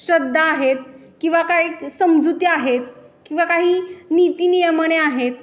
श्रद्धा आहेत किंवा काही समजुती आहेत किंवा काही नीति नियमने आहेत